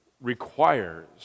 requires